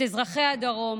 את אזרחי הדרום